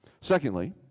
Secondly